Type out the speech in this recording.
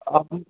आप भी